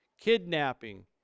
kidnapping